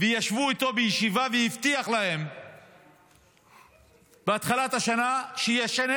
וישבו איתו בישיבה והבטיח להם בהתחלת השנה שישנה